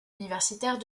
universitaires